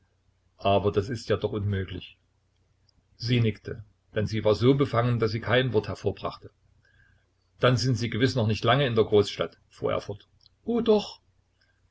aber das ist ja doch unmöglich sie nickte denn sie war so befangen daß sie kein wort hervorbrachte dann sind sie gewiß noch nicht lange in der großstadt fuhr er fort o doch